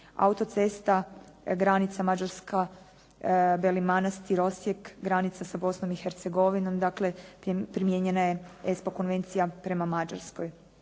Autocesta granica Mađarska-Beli Manastir-Osijek, granica sa Bosnom i Hercegovinom, dakle primijenjena je ESPO konvencija prema Mađarskoj.